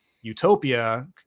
utopia